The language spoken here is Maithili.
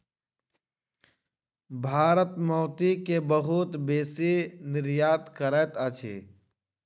भारत मोती के बहुत बेसी निर्यात करैत अछि